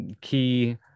key